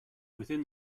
within